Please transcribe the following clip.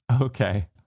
Okay